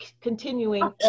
continuing